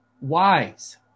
Wise